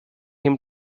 him